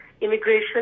immigration